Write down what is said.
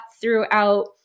throughout